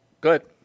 good